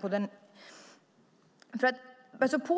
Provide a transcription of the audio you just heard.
På